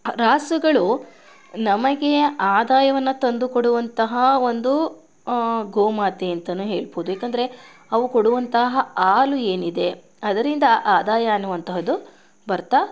ರಾಸುಗಳು ನಮಗೆ ಆದಾಯವನ್ನು ತಂದುಕೊಡುವಂತಹ ಒಂದು ಗೋಮಾತೆ ಅಂತಲೇ ಹೇಳ್ಬೋದು ಏಕೆಂದ್ರೆ ಅವು ಕೊಡುವಂತಹ ಹಾಲು ಏನಿದೆ ಅದರಿಂದ ಆದಾಯ ಅನ್ನುವಂಥದ್ದು ಬರ್ತಾ